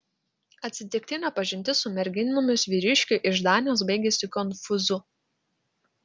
atsitiktinė pažintis su merginomis vyriškiui iš danijos baigėsi konfūzu